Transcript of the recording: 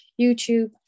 YouTube